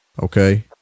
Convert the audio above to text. okay